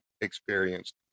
experienced